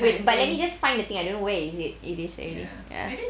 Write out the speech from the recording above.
wait but let me just find the thing I don't know where is it it is already ya